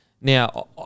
now